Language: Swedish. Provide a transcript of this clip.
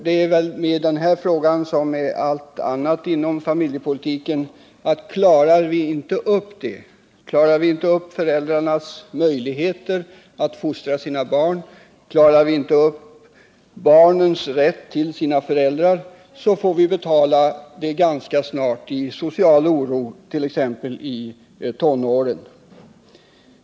Det är väl med denna fråga som med allt annat inom familjepolitiken: klarar vi inte upp föräldrarnas möjligheter att fostra sina barn, klarar vi inte upp barnens rätt till sina föräldrar, får vi betala detta ganska snart i form av social oro t.ex. bland tonåringar.